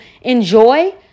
enjoy